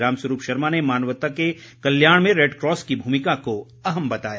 राम स्वरूप शर्मा ने मानवता के कल्याण में रेडक्रॉस की भूमिका को अहम बताया